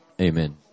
Amen